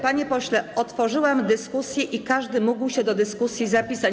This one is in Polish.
Panie pośle, otworzyłam dyskusję i każdy mógł się do dyskusji zapisać.